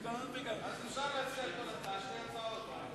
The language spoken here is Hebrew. אז אפשר להציע שתי הצעות.